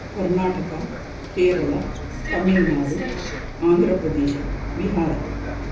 Karnataka Kerala Tamil Nadu Andhra Pradesh Bihar